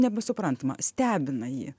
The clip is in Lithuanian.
nesuprantama stebina jį